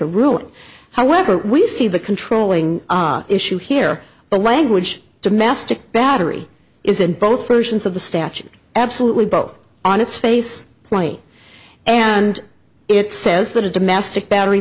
a ruling however we see the controlling issue here the language to mastic battery is in both versions of the statute absolutely both on its face plate and it says that a domestic battery